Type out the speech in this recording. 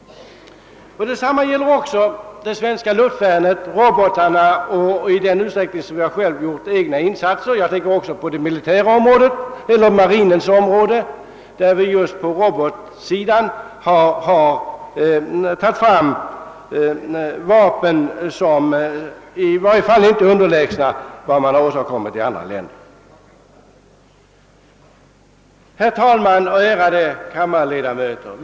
Detsamma gäller våra egna insatser i det svenska luftvärnet och robotar. Såväl här som inom marinens område har vi just på robotsidan frambringat vapen som i varje fall inte är underlägsna dem man har åstadkommit i andra länder. Herr talman och ärade kammarledamöter!